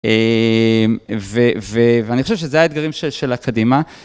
ואני חושב שזה האתגרים של הקדימה.